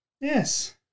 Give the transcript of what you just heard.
yes